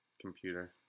computer